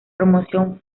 promoción